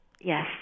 Yes